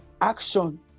Action